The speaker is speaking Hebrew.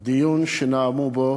זה דיון שנאמו בו